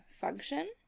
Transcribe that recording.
function